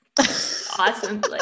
awesome